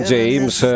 James